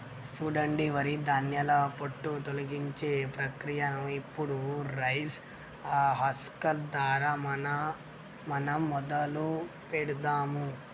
సూడండి వరి ధాన్యాల పొట్టు తొలగించే ప్రక్రియను ఇప్పుడు రైస్ హస్కర్ దారా మనం మొదలు పెడదాము